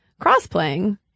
crossplaying